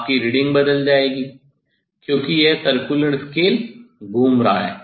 आपकी रीडिंग बदल जायेगी क्योंकि यह सर्कुलर स्केल घूम रहा है